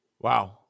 Wow